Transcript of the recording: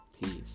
Peace